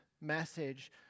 message